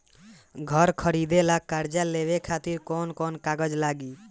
घर खरीदे ला कर्जा लेवे खातिर कौन कौन कागज लागी?